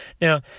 Now